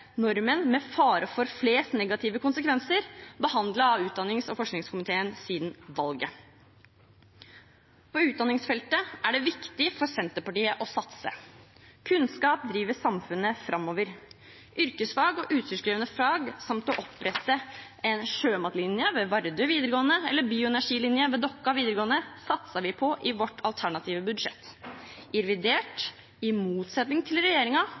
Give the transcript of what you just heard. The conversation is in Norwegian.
normen med fare for flest negative konsekvenser behandlet av utdannings- og forskningskomiteen siden valget. På utdanningsfeltet er det viktig for Senterpartiet å satse. Kunnskap driver samfunnet framover. Yrkesfag og utstyrskrevende fag, som å opprette en sjømatlinje ved Vardø videregående skole eller bioenergilinje ved Dokka videregående skole, satset vi på i vårt alternative budsjett. I revidert vil vi – i motsetning til